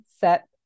set